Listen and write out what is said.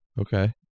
Okay